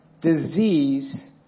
disease